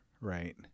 right